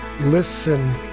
Listen